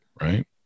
right